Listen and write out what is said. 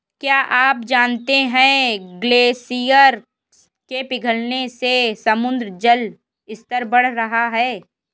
क्या आप जानते है ग्लेशियर के पिघलने से समुद्र का जल स्तर बढ़ रहा है?